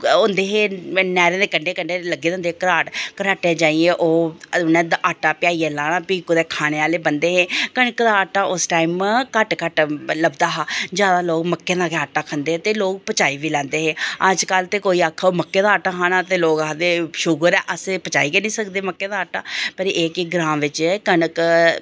होंदे हे नैह्रे दे कंढे कंडे लग्गे दे होंदे हे घराट घराटें जाइयै उ'नें आटा प्याहियै लेआना फ्ही कुदै खाने आह्ले बनदे हे कनक दा आटा उस टाइम घट्ट घट्ट लभदा हा जादा लोग मक्कें दा गै आटा कदें हे ते लोग पचाई बी लैंदे हे अज्ज कल ते कोई आक्खै जे मक्कें दा आटा खाना ते लोग आखदे शुगर ऐ अस पचाई गै निं सकदे मक्कें दा आटा पर एह् कि ग्रांऽ बिच्च कनक